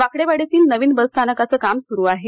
वाकडेवाडीतील नवीन बसस्थानकाचं काम सुरू आहे